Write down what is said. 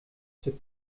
zur